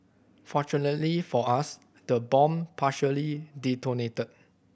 fortunately for us the bomb partially detonated